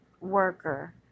worker